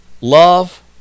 love